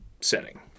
setting